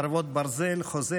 חרבות ברזל) (חוזה,